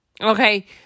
okay